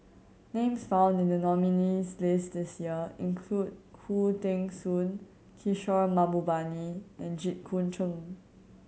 names found in the nominees' list this year include Khoo Teng Soon Kishore Mahbubani and Jit Koon Ch'ng